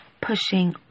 pushing